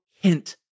hint